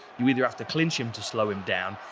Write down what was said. you either have to clinch him to slow him down,